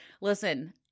Listen